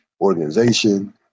organization